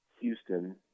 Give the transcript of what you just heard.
Houston